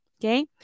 Okay